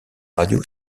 radio